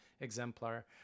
exemplar